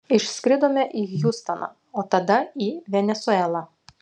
išskridome į hjustoną o tada į venesuelą